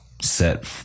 set